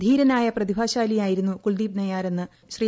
ധീരനായ പ്രതിമാശാലിയായിരുന്നു കുൽദീപ് നയ്യാറെന്ന് ശ്രീ